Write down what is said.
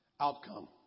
outcome